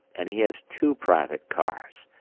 and he has two private cars.